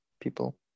people